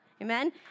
Amen